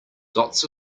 dots